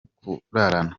kurarana